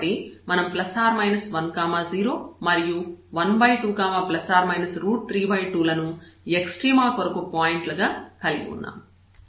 కాబట్టి మనం ±1 0 మరియు 12±32 లను ఎక్స్ట్రీమ కొరకు పాయింట్లుగా కలిగి ఉన్నాము